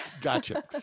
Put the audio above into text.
gotcha